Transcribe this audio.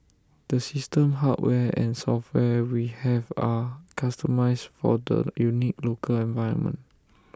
the system hardware and software we have are customised for the unique local environment